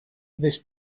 this